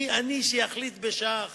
מי אני שאחליט בשעה אחת.